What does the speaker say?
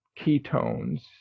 ketones